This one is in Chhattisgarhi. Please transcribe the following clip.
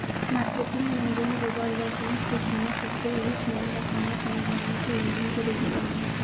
मारकेटिंग मन जेन गोबर ल सइत के छेना थोपथे उहीं छेना ह खाना पिना बनाए के ईधन के रुप म काम आथे